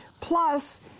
plus